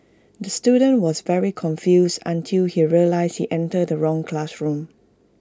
the student was very confused until he realised he entered the wrong classroom